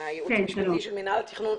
מהייעוץ המשפטי של מינהל התכנון